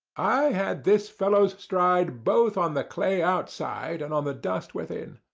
i had this fellow's stride both on the clay outside and on the dust within.